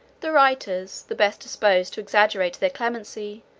the writers, the best disposed to exaggerate their clemency,